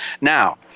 Now